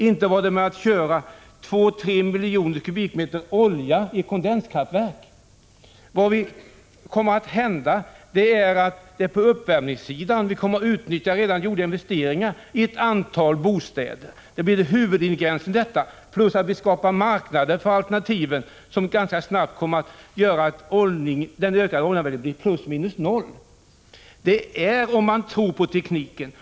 Inte var det genom att köra två tre miljoner kubikmeter olja i kondenskraftverk som vi klarade vår energiförsörjning. Vad som kommer att hända är att vi för uppvärmning kommer att utnyttja investeringar som redan gjorts i ett antal bostäder. Detta blir huvudingredienserna. Dessutom skapar vi en marknad för alternativen, vilket ganska snabbt kommer att göra att det inte blir någon högre oljeanvändning.